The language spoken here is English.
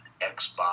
Xbox